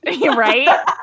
right